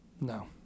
No